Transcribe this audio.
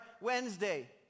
Wednesday